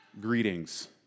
greetings